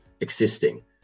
existing